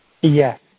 Yes